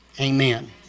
Amen